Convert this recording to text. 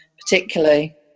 particularly